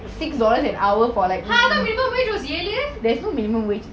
!huh! I thought minimum wage is eight eh